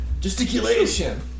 gesticulation